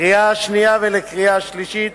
לקריאה שנייה ולקריאה שלישית.